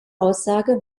aussage